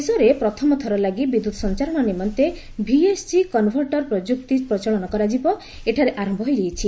ଦେଶରେ ପ୍ରଥମ ଥର ଲାଗି ବିଦ୍ୟୁତ୍ ସଞ୍ଚାରଣ ନିମନ୍ତେ ଭିଏସ୍ଜି କନଭର୍ଟର ପ୍ରଯୁକ୍ତି ପ୍ରଚଳନ କରାଯିବା ଏଠାରେ ଆରମ୍ଭ ହୋଇଛି